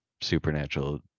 supernatural